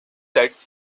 sets